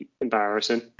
Embarrassing